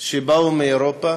שבאו מאירופה,